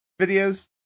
videos